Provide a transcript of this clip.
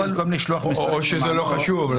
או שזה לא חשוב.